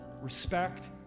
respect